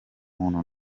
muntu